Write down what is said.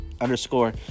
underscore